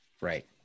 right